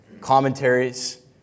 commentaries